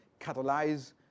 catalyze